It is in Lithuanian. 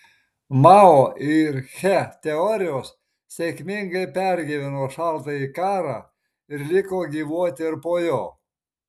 mao ir che teorijos sėkmingai pergyveno šaltąjį karą ir liko gyvuoti ir po jo